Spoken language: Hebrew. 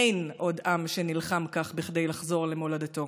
אין עוד עם שנלחם כך בכדי לחזור למולדתו,